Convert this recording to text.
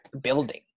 building